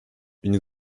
une